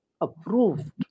approved